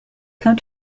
come